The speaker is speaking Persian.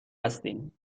هستیم